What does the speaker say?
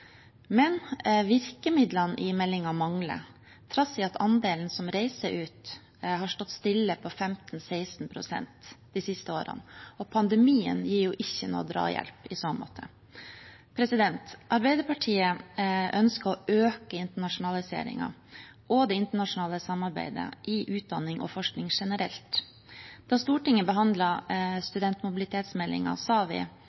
Men virkemidlene i meldingen mangler, trass i at andelen som reiser ut, har stått stille på 15–16 pst. de siste årene, og pandemien gir ikke noen drahjelp i så måte. Arbeiderpartiet ønsker å øke internasjonaliseringen og det internasjonale samarbeidet i utdanning og forskning generelt. Da Stortinget behandlet studentmobilitetsmeldingen, sa vi